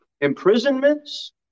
imprisonments